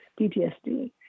PTSD